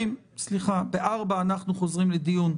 ב-16:00 אנחנו חוזרים לדיון,